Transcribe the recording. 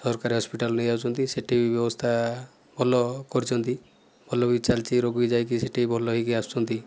ସରକାରୀ ହସ୍ପିଟାଲ ନେଇଯାଉଛନ୍ତି ସେଇଠି ବ୍ୟବସ୍ଥା ଭଲ କରିଛନ୍ତି ଭଲ ବି ଚାଲିଛି ରୋଗୀ ଯାଇକି ସେଇଠିକି ଭଲ ହୋଇକି ଆସୁଛନ୍ତି